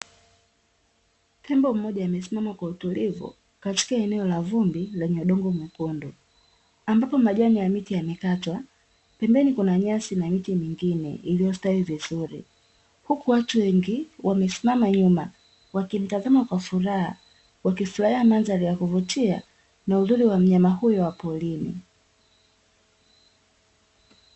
Tembo mmoja amesimama kwa utulivu katika eneo la vumbi lenye udongo mwekundu, ambapo majani ya miti yamekatwa, pembeni kuna nyasi na miti mingine iliyostawi vizuri, huku watu wengi wamesimama nyuma wakimtazama kwa furaha, wakifurahia mandhari ya kuvutia na uzuri wa mnyama huyo wa porini.